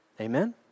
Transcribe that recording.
Amen